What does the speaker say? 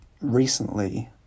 recently